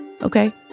Okay